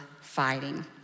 fighting